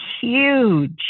huge